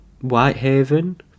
Whitehaven